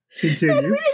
Continue